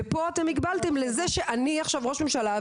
ופה אתם הגבלתם לזה שאני עכשיו ראש ממשלה,